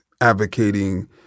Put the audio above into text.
advocating